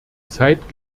zeit